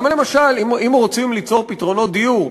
אם רוצים ליצור פתרונות דיור,